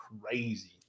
crazy